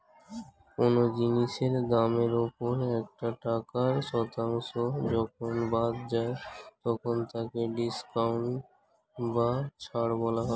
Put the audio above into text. কোন জিনিসের দামের ওপর একটা টাকার শতাংশ যখন বাদ যায় তখন তাকে ডিসকাউন্ট বা ছাড় বলা হয়